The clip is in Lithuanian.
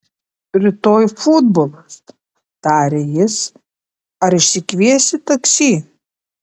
rytoj futbolas tarė jis ar išsikviesi taksi